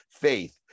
faith